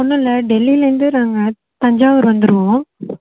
ஒன்றும் இல்லை டெல்லிலேருந்து நாங்கள் தஞ்சாவூர் வந்துடுவோம்